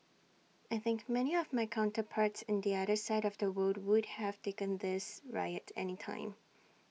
I think many of my counterparts in the other side of the world would have taken this riot any time